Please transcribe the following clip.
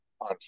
on